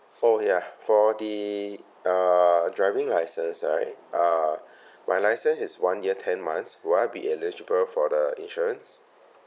for ya for the err driving licence right uh my licence is one year ten months will I be eligible for the insurance